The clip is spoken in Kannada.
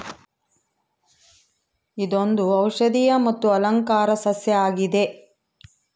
ಇದೊಂದು ಔಷದಿಯ ಮತ್ತು ಅಲಂಕಾರ ಸಸ್ಯ ಆಗಿದೆ